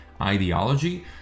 ideology